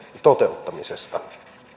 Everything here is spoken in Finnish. toteuttamisesta tämä